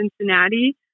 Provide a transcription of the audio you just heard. Cincinnati